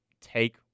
take